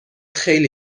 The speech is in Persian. خیلی